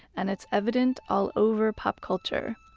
and it's evident all over pop culture.